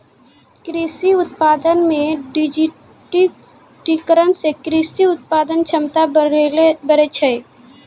कृषि उत्पादन मे डिजिटिकरण से कृषि उत्पादन क्षमता बढ़ै छै